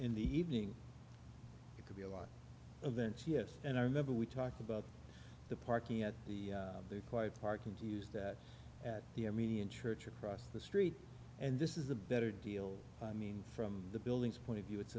in the evening it could be a lot of it yes and i remember we talked about the parking at the they're quite parking to use that at the immediate church across the street and this is a better deal i mean from the building's point of view it's